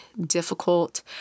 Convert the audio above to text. difficult